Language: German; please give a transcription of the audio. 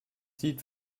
sieht